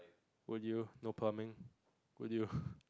would you no pumping would you